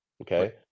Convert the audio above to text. okay